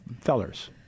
fellers